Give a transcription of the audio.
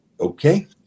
okay